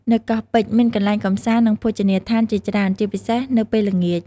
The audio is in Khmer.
នៅកោះពេជ្រ មានកន្លែងកម្សាន្ត និងភោជនីយដ្ឋានជាច្រើន ជាពិសេសនៅពេលល្ងាច។